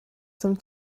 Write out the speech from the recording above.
some